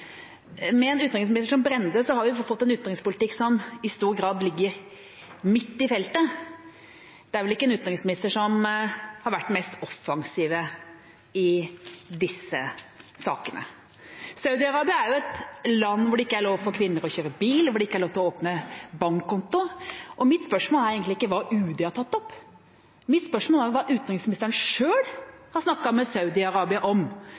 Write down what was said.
Med en utenriksminister som Brende har vi fått en utenrikspolitikk som i stor grad ligger midt i feltet. Det er vel ikke en utenriksminister som har vært den mest offensive i disse sakene. Saudi-Arabia er et land hvor det ikke er lov for kvinner å kjøre bil, og hvor det ikke er lov til å åpne bankkonto. Mitt spørsmål er egentlig ikke hva Utenriksdepartementet har tatt opp. Mitt spørsmål er hva utenriksministeren selv har snakket med Saudi-Arabia om,